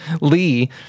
Lee